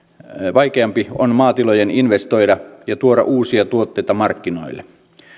vaikeampi on maatilojen investoida ja tuoda uusia tuotteita markkinoille